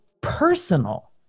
personal